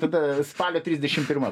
tada spalio trisdešim pirma